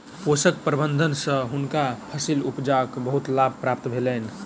पोषक प्रबंधन सँ हुनका फसील उपजाक बहुत लाभ प्राप्त भेलैन